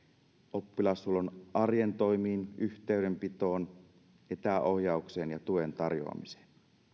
oppilashuollon arjen toimiin yhteydenpitoon etäohjaukseen ja tuen tarjoamiseen